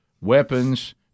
weapons